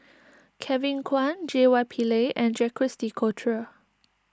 Kevin Kwan J Y Pillay and Jacques De Coutre